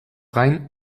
gain